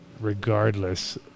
regardless